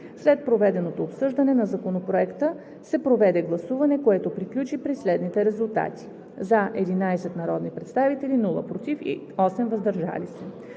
След проведеното обсъждане на Законопроекта се проведе гласуване, което приключи при следните резултати: с 11 гласа „за“, без „против“ и 8 „въздържал се“.